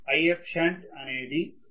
Ifshunt అనేది 0